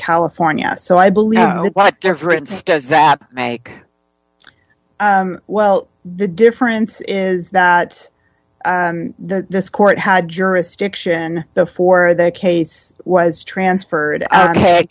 california so i believe what difference does that make well the difference is that the court had jurisdiction before the case was transferred o